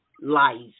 life